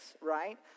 right